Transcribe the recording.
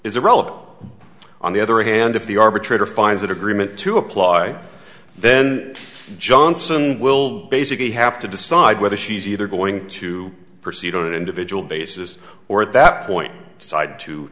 irrelevant on the other hand if the arbitrator finds that agreement to apply then johnson will basically have to decide whether she's either going to proceed on an individual basis or at that point side to